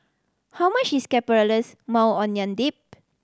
how much is Caramelized Maui Onion Dip